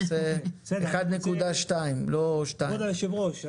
אז 1.2 לא 2. כבוד היושב-ראש,